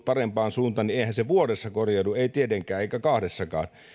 parempaan suuntaan niin eihän se vuodessa korjaudu ei tietenkään eikä kahdessakaan